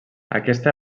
aquesta